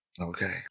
Okay